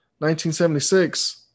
1976